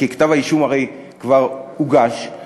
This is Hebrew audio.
כי כתב-האישום הרי כבר הוגש,